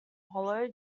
hollow